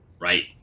Right